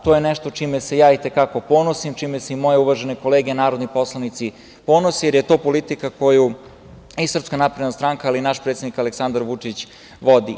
To je nešto čime se ja i te kako ponosim, čime se i moje uvažene kolege narodni poslanici ponose, jer je to politika koju i SNS, ali i naš predsednik Aleksandar Vučić vodi.